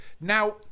now